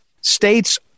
states